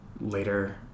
later